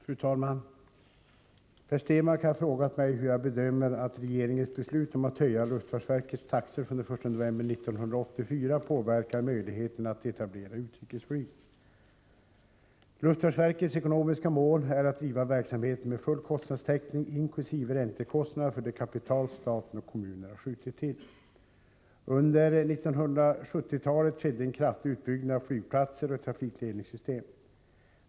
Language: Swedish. Fru talman! Per Stenmarck har frågat mig hur jag bedömer att regeringens beslut om att höja luftfartsverkets taxor från den 1 november 1984 påverkar möjligheterna att etablera utrikesflyg. Luftfartsverkets ekonomiska mål är att driva verksamheten med full kostnadstäckning inkl. räntekostnaderna för det kapital staten och kommunerna skjutit till. Under 1970-talet skedde en kraftig utbyggnad av flygplatser och trafikledningssystem.